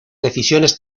decisiones